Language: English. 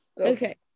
Okay